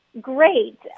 Great